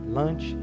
lunch